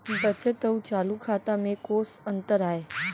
बचत अऊ चालू खाता में कोस अंतर आय?